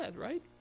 right